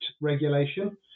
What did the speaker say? regulation